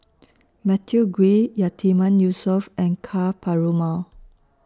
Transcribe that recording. Matthew Ngui Yatiman Yusof and Ka Perumal